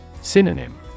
Synonym